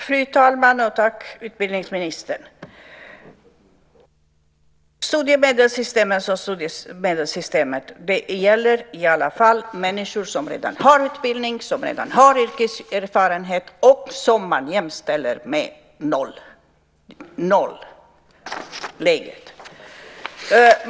Fru talman! Studiemedelssystemet gäller i alla fall människor som redan har utbildning, som redan har yrkeserfarenhet och som man jämställer med nolläget.